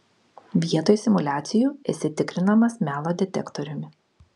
vietoj simuliacijų esi tikrinamas melo detektoriumi